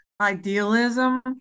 idealism